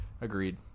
Agreed